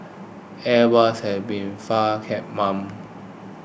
airbus has been far mum